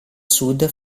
sud